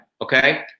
okay